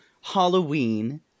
Halloween